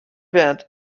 wert